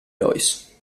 lois